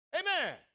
Amen